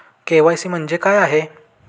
KYC म्हणजे काय आहे?